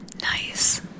nice